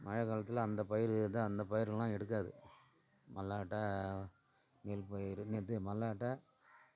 மழை காலத்தில் அந்த பயிர் தான் அந்த பயிருங்கள்லாம் எடுக்காது மல்லாட்டை நெல் பயிர் இது மல்லாட்டை